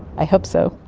i hope so.